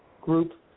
group